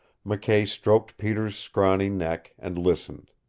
mckay stroked peter's scrawny neck, and listened.